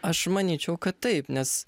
aš manyčiau kad taip nes